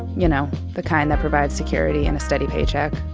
you know, the kind that provides security and a steady paycheck.